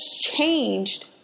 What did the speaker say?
changed